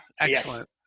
Excellent